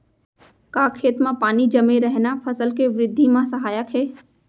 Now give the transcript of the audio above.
का खेत म पानी जमे रहना फसल के वृद्धि म सहायक हे?